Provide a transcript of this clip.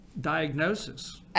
diagnosis